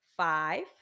Five